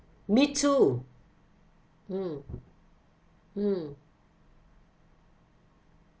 me too mm mm